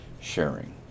sharing